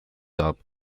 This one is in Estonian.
saab